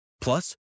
Plus